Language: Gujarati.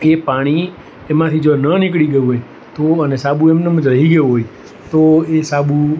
એ પાણી એમાંથી જો ન નીકળી ગયું હોય તો અને સાબુ એમનેમ જ રહી ગયો હોય તો એ સાબુ